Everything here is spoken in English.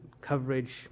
coverage